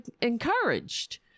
encouraged